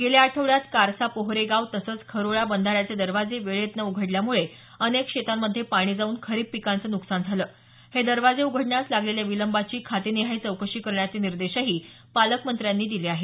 गेल्या आठवड्यात कारसा पोहरेगाव तसंच खरोळा बंधाऱ्याचे दरवाजे वेळेत न उघडल्यामुळे अनेक शेतांमध्ये पाणी जाऊन खरीप पिकांचं नुकसान झालं हे दरवाजे उघडण्यास लागलेल्या विलंबाची खाते निहाय चौकशी करण्याचे निर्देशही पालकमंत्र्यांनी दिले आहेत